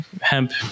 hemp